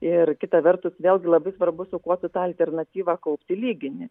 ir kita vertus vėlgi labai svarbu su kuo tu tą alternatyvą kaupti lygini